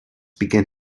began